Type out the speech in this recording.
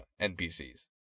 NPCs